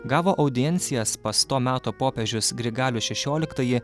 gavo audiencijas pas to meto popiežius grigalius šešioliktąjį